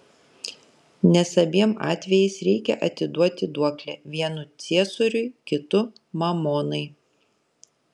nes abiem atvejais reikia atiduoti duoklę vienu ciesoriui kitu mamonai